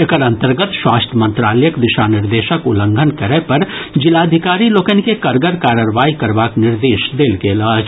एकर अंतर्गत स्वास्थ्य मंत्रालयक दिशा निर्देशक उल्लंघन करय पर जिलाधिकारी लोकनि के कड़गर कार्रवाई करबाक निर्देश देल गेल अछि